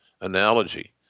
analogy